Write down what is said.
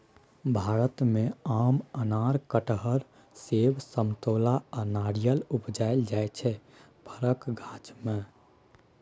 भारत मे आम, अनार, कटहर, सेब, समतोला आ नारियर उपजाएल जाइ छै फरक गाछ मे